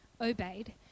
obeyed